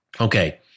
Okay